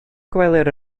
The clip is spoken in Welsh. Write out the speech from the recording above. gwelir